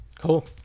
cool